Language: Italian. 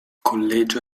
collegio